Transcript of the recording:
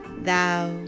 thou